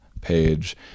page